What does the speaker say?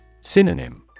Synonym